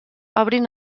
obrin